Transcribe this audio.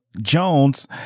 Jones